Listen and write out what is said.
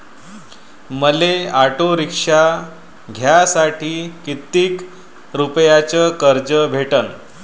मले auto rickshaw घ्यासाठी कितीक रुपयाच कर्ज भेटनं?